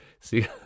See